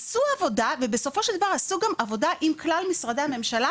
עשו עבודה ובסופו של דבר עש גם עבודה עם כלל למשרדי הממשלה